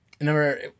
Number